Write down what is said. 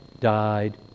died